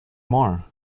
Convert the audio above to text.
more